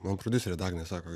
mano prodiuserė dagnė sako